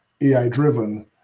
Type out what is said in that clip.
AI-driven